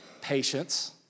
Patience